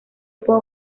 grupo